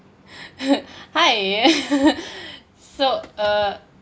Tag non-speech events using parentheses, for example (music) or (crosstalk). (laughs) hi (laughs) so uh